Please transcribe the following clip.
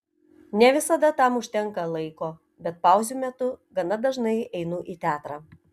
ne visada tam užtenka laiko bet pauzių metu gana dažnai einu į teatrą